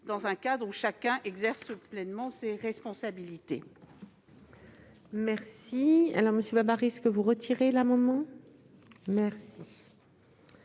dans un cadre où chacun exerce pleinement ses responsabilités.